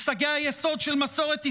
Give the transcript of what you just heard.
מושגי היסוד של מסורת ישראל,